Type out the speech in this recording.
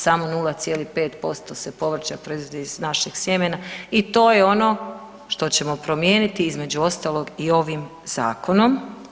Samo % povrća se proizvodi iz našeg sjemena i to je ono što ćemo promijeniti između ostalog i ovim zakonom.